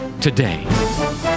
today